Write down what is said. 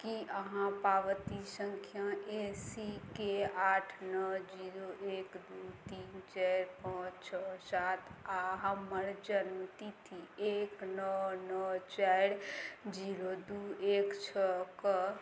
की अहाँ पाबती सङ्ख्या एस सी के आठ नओ जीरो एक दू तीन चारि पॉँच छओ सात आ हमर जन्म तिथि एक नओ नओ चारि जीरो दू एक छओ कऽ